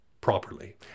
properly